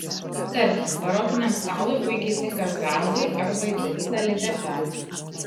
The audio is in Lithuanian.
tarkim barokiniam stalui puikiai tinka zrazai arba įdaryta lydeka